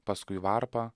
paskui varpą